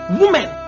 woman